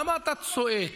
איפה שיש בעיה,